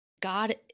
God